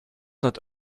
not